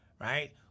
Right